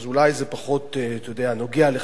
אז אולי זה פחות נוגע לך,